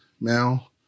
now